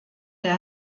der